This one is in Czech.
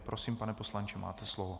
Prosím, pane poslanče, máte slovo.